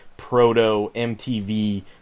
proto-MTV